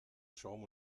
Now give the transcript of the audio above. schaum